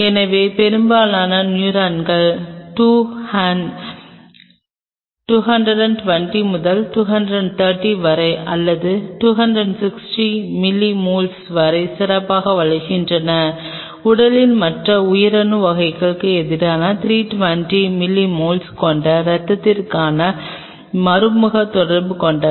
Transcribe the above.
எனவே பெரும்பாலான நியூரான்கள் 2 ஹன் 220 முதல் 230 வரை அல்லது 260 மில்லியோஸ்மோல்கள் வரை சிறப்பாக வளர்கின்றன உடலின் மற்ற உயிரணு வகைகளுக்கு எதிராக 320 மில்லியோஸ்மோல்கள் கொண்ட இரத்தத்துடன் மறைமுக தொடர்பு கொண்டவை